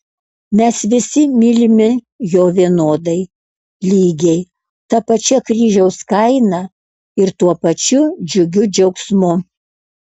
mes visi mylimi jo vienodai lygiai ta pačia kryžiaus kaina ir tuo pačiu džiugiu džiaugsmu